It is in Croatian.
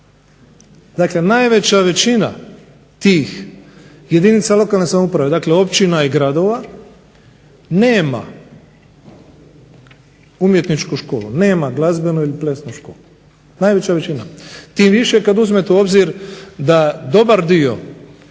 Dakle, najveća većina tih jedinica lokalne samouprave, dakle tih općina i gradova, nema umjetničku školu, nema glazbenu ili plesnu školu, tim više kada uzmete u obzir da dobar dio